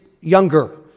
younger